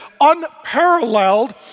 unparalleled